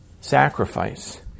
sacrifice